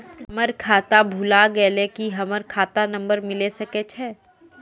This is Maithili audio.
हमर खाता भुला गेलै, की हमर खाता नंबर मिले सकय छै?